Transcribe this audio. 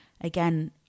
again